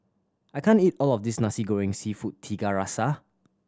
I can't eat all of this Nasi Goreng Seafood Tiga Rasa